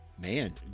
Man